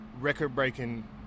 record-breaking